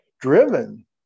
driven